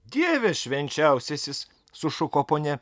dieve švenčiausiasis sušuko ponia